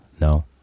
no